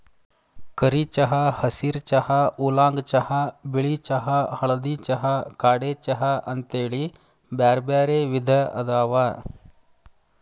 ಕರಿ ಚಹಾ, ಹಸಿರ ಚಹಾ, ಊಲಾಂಗ್ ಚಹಾ, ಬಿಳಿ ಚಹಾ, ಹಳದಿ ಚಹಾ, ಕಾಡೆ ಚಹಾ ಅಂತೇಳಿ ಬ್ಯಾರ್ಬ್ಯಾರೇ ವಿಧ ಅದಾವ